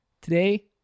today